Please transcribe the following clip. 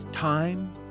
Time